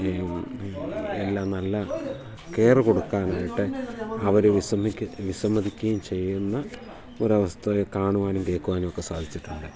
എല്ലാം നല്ല കെയർ കൊടുക്കാനായിട്ട് അവർ വിസമ്മതിക്കുകയും ചെയ്യുന്ന ഒരു അവസ്ഥ കാണുവാനും കേൾക്കുവാനും ഒക്കെ സാധിച്ചിട്ടുണ്ട്